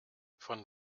von